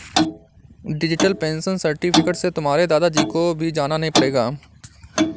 digital pension certificate से तुम्हारे दादा जी को भी जाना नहीं पड़ेगा